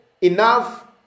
enough